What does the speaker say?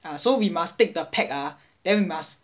ah so we must take the peg ah then we must